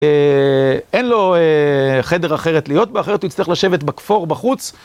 אין לו חדר אחרת להיות בה הוא יצטרך לשבת בכפור, בחוץ